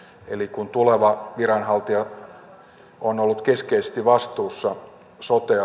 eli tuleva viranhaltija on ollut keskeisesti vastuussa sote